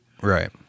Right